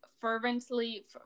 fervently